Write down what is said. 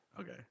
Okay